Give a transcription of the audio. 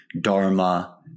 dharma